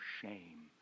shame